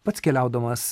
pats keliaudamas